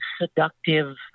seductive